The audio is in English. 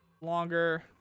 longer